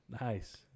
Nice